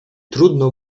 trudno